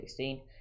2016